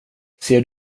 ser